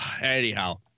anyhow